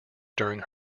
during